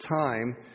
time